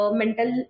mental